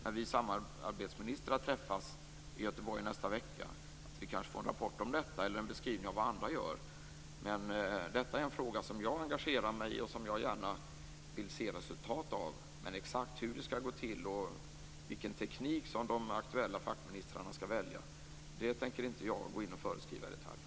När vi samarbetsministrar träffas i Göteborg nästa vecka får vi kanske en rapport om detta eller en beskrivning av vad andra gör. Detta är en fråga som jag engagerar mig i och som jag gärna vill se att det blir resultat av. Men exakt hur det skall gå till och vilken teknik som de aktuella fackministrarna skall välja, det tänker jag inte gå in och föreskriva i detalj.